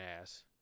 ass